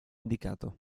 indicato